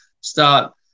start